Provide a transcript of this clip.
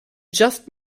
just